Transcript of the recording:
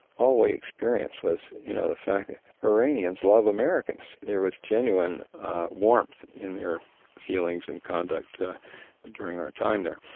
all we experienced was, you know, the fact that iranians love americans. there was genuine warmth in their feelings and conduct during our time there.